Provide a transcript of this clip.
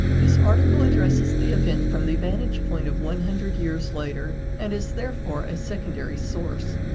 this article addresses the event from the vantage point of one hundred years later and is therefore a secondary source.